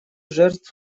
жертв